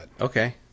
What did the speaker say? Okay